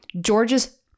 George's